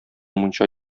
мунча